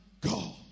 God